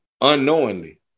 unknowingly